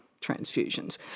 transfusions